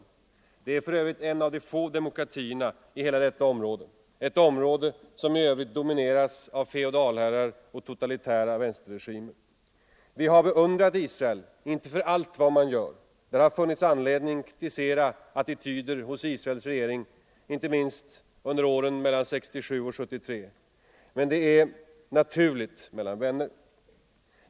Israel är för övrigt en av de få demokratierna i hela detta område, ett område som i övrigt domineras av feodalherrar och totalitära vänsterregimer. Vi har dock inte beundrat Israel för allt vad man gjort. Det har funnits anledning kritisera attityder hos Israels regering inte minst under åren 1967-1973. Men det är naturligt mellan vänner.